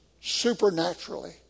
supernaturally